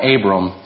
Abram